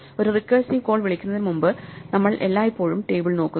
ഒരു recursive call വിളിക്കുന്നതിന് മുമ്പ് നമ്മൾ എല്ലായ്പ്പോഴും ടേബിൾ നോക്കുന്നു